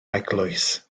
eglwys